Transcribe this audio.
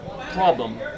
problem